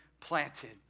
planted